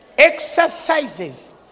exercises